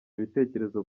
ibitekerezo